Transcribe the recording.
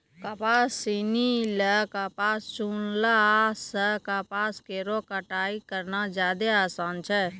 किसान सिनी ल कपास चुनला सें कपास केरो कटाई करना जादे आसान छै